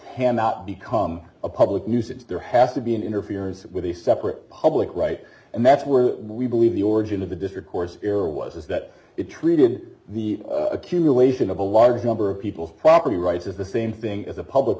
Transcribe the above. cannot become a public nuisance there has to be an interferes with a separate public right and that's where we believe the origin of the district courts err was is that it treated the accumulation of a large number of people property rights as the same thing as the public